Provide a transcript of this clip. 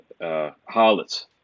Harlots